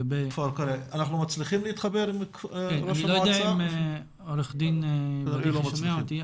אני לא יודע אם עורך דין בדיחי שומע אותי,